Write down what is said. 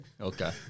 Okay